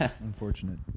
Unfortunate